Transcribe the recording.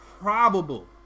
probable